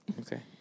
Okay